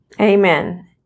Amen